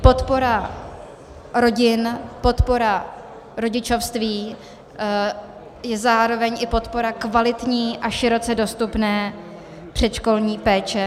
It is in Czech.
Podpora rodin, podpora rodičovství a zároveň i podpora kvalitní a široce dostupné předškolní péče